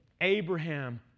Abraham